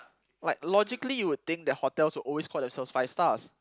like logically you would think the hotel would always call themselves five stars